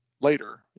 later